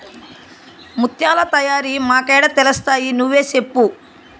ముత్యాల తయారీ మాకేడ తెలుస్తయి నువ్వే సెప్పు